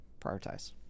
prioritize